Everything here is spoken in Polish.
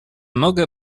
mogę